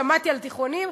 ושמעתי על תיכונים,